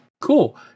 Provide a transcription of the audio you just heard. Cool